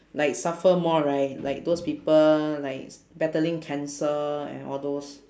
like suffer more right like those people like s~ battling cancer and all those